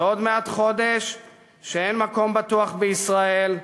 ועוד מעט חודש שאין מקום בטוח בישראל,